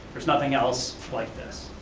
there's nothing else like this.